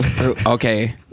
Okay